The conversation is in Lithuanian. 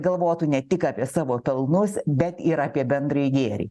galvotų ne tik apie savo pelnus bet ir apie bendrąjį gėrį